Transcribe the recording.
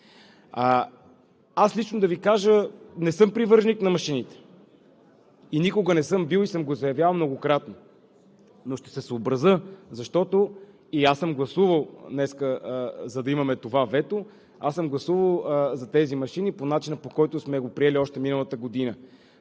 Лично аз не съм привърженик на машините. Никога не съм бил и съм го заявявал многократно, но ще се съобразя, защото и аз съм гласувал, за да имаме това вето. Гласувал съм за тези машини по начина, по който сме го приели още миналата година,